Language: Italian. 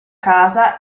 casa